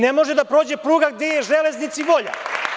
Ne može da prođe pruga gde je železnici volja.